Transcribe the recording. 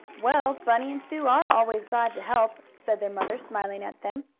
well, bunny and sue are always glad to help, said their mother, smiling at them.